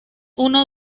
uno